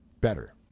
better